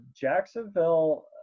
Jacksonville